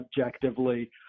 objectively